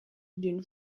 d’une